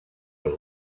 els